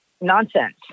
nonsense